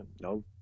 no